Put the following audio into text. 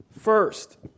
First